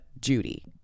Judy